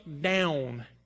down